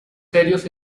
serios